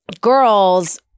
girls –